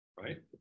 right